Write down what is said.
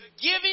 giving